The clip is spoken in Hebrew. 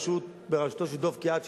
בראשות דב קהת,